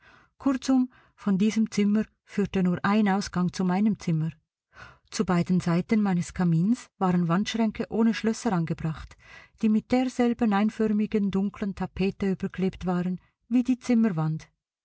kurzum von diesem zimmer führte nur ein ausgang zu meinem zimmer zu beiden seiten meines kamins waren wandschränke ohne schlösser angebracht die mit derselben einförmigen dunklen tapete überklebt waren wie die zimmerwand